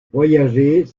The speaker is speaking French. voyager